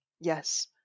Yes